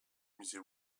musée